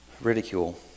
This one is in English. ridicule